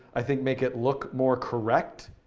i think, make it look more correct.